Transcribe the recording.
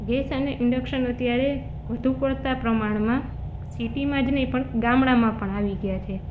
gas અને induction અત્યારે વધુ પડતા પ્રમાણમાં સીટીમાં જ નહીં પણ ગામડામાં પણ આવી ગયા છે